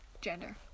Gender